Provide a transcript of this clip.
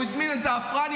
הוא הזמין את זעפרני,